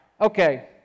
Okay